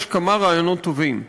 יש כמה רעיונות טובים.